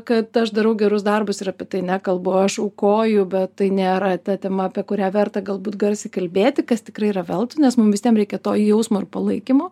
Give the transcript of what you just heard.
kad aš darau gerus darbus ir tai nekalbu aš aukoju bet tai nėra ta tema kurią verta galbūt garsiai kalbėti kas tikrai yra veltui nes mums visiems reikia to jausmo ir palaikymo